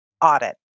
audit